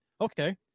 okay